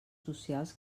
socials